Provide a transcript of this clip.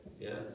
Yes